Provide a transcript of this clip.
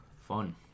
fun